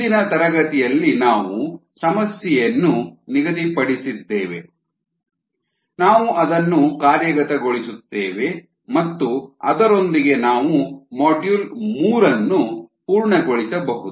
ಹಿಂದಿನ ತರಗತಿಯಲ್ಲಿ ನಾವು ಸಮಸ್ಯೆಯನ್ನು ನಿಗದಿಪಡಿಸಿದ್ದೇವೆ ನಾವು ಅದನ್ನು ಕಾರ್ಯಗತಗೊಳಿಸುತ್ತೇವೆ ಮತ್ತು ಅದರೊಂದಿಗೆ ನಾವು ಮಾಡ್ಯೂಲ್ ಮೂರು ಅನ್ನು ಪೂರ್ಣಗೊಳಿಸಬಹುದು